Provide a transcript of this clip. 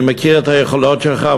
אני מכיר את היכולות שלך,